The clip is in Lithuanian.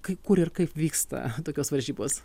kai kur ir kaip vyksta tokios varžybos